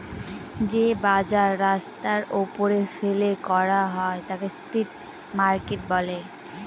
যে বাজার রাস্তার ওপরে ফেলে করা হয় তাকে স্ট্রিট মার্কেট বলে